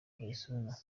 barcelona